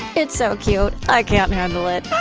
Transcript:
it's so cute, i can't handle it.